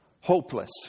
hopeless